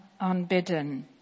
unbidden